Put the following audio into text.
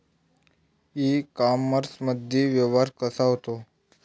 इ कामर्समंदी व्यवहार कसा होते?